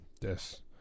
Yes